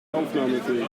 aufnahmefähig